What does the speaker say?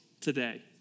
today